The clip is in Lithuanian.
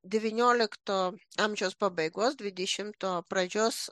devyniolikto amžiaus pabaigos dvidešimtopradžios